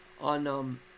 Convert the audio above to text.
on